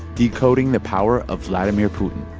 decoding the power of vladimir putin